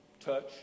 touch